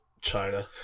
China